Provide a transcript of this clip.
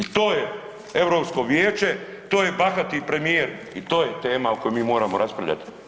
To je EU vijeće, to je bahati premijer i to je tema o kojoj mi moramo raspravljati.